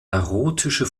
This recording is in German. erotische